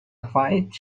fight